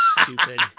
stupid